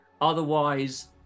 otherwise